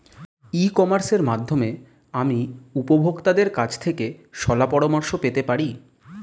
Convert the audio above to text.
ই কমার্সের মাধ্যমে আমি উপভোগতাদের কাছ থেকে শলাপরামর্শ পেতে পারি?